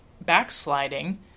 backsliding